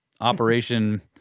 Operation